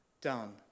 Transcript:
done